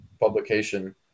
publication